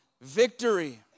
victory